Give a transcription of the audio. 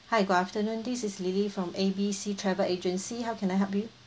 hi good afternoon this is lily from A B C travel agency how can I help you